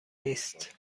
نیست